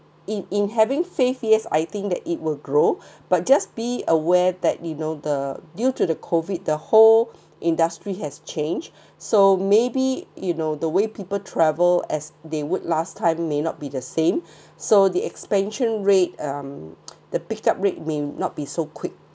in in having faith yes I think that it will grow but just be aware that you know the due to the COVID the whole industry has changed so maybe you know the way people travel as they would last time may not be the same so the expansion rate um the picked up rate may not be so quick